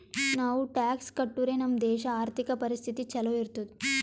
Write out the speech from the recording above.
ನಾವು ಟ್ಯಾಕ್ಸ್ ಕಟ್ಟುರೆ ನಮ್ ದೇಶ ಆರ್ಥಿಕ ಪರಿಸ್ಥಿತಿ ಛಲೋ ಇರ್ತುದ್